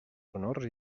sonors